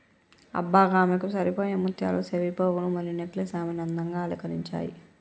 అబ్బ గామెకు సరిపోయే ముత్యాల సెవిపోగులు మరియు నెక్లెస్ ఆమెను అందంగా అలంకరించాయి